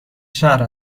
شهر